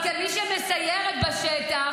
אבל כמי שמסיירת בשטח,